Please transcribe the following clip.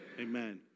Amen